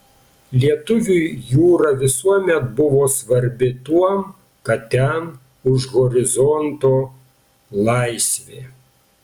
lietuviui jūra visuomet buvo svarbi tuom kad ten už horizonto laisvė